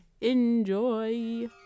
enjoy